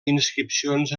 inscripcions